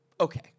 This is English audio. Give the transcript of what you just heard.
Okay